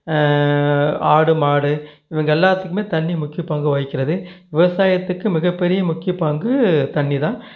ஆடு மாடு இவங்க எல்லாத்துக்கும் தண்ணி முக்கிய பங்கு வகிக்கிறது விவசாயத்துக்கு மிகப்பெரிய முக்கிய பங்கு தண்ணி தான்